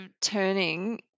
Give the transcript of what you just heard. turning